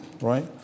right